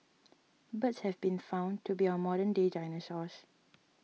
birds have been found to be our modern day dinosaurs